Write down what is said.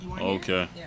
Okay